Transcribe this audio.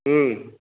हुँ